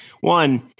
One